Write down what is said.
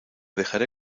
dejaré